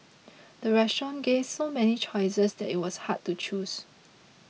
the restaurant gave so many choices that it was hard to choose